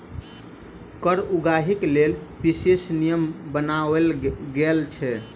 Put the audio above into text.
कर उगाहीक लेल विशेष नियम बनाओल गेल छै